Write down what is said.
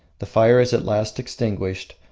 the fire is at last extinguished.